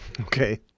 Okay